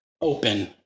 Open